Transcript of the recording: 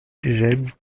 j’aime